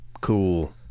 Cool